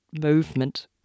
movement